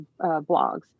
blogs